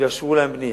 יאשרו להם בנייה.